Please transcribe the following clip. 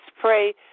pray